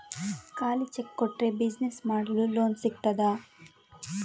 ಖಾಲಿ ಚೆಕ್ ಕೊಟ್ರೆ ಬಿಸಿನೆಸ್ ಮಾಡಲು ಲೋನ್ ಸಿಗ್ತದಾ?